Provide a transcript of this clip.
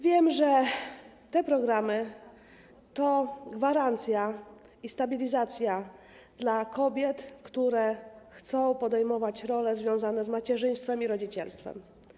Wiem, że te programy to gwarancja i stabilizacja dla kobiet, które chcą podejmować role związane z macierzyństwem i rodzicielstwem.